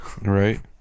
Right